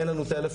אין לנו טלפון,